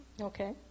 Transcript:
Okay